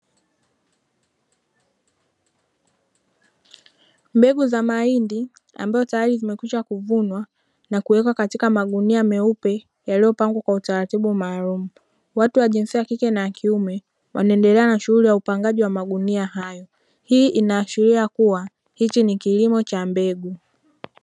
Mbegu za mahindi, ambazo tayari zimekwisha kuvunwa na kuwekwa katika magunia meupe yaliyopangwa kwa utaratibu maalumu. Watu wa jinsia ya kike na ya kiume wanaendelea na shughuli ya upandaji wa magunia hayo. Hii inaashiria kuwa hiki ni kilimo cha mbegu.